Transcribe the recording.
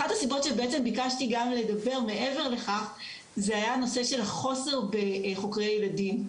אחת הסיבות שביקשתי גם לדבר מעבר לכך זה הנושא של החוסר בחוקרי ילדים.